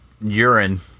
urine